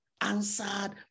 answered